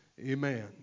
Amen